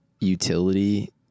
utility